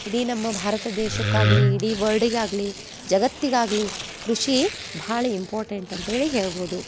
ಇಡೀ ನಮ್ಮ ಭಾರತ ದೇಶಕ್ಕಾಗಲಿ ಇಡೀ ವರ್ಲ್ಡಿಗಾಗಲಿ ಜಗತ್ತಿಗಾಗಲಿ ಕೃಷಿ ಭಾಳ ಇಂಪಾರ್ಟೆಂಟ್ ಅಂತ್ಹೇಳಿ ಹೇಳ್ಬೋದು